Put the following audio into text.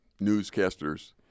newscasters